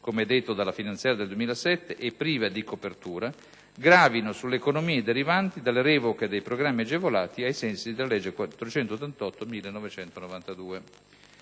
come detto, dalla finanziaria del 2007 e prive di copertura, gravino sulle economie derivanti dalle revoche dei programmi agevolati ai sensi della legge n.